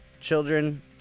children